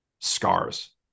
scars